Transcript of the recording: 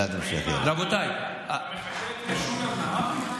אתה מחקה את משולם נהרי?